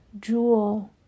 jewel